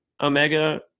Omega